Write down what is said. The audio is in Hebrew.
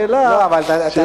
זאת שאלה מנומקת,